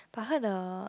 I heard the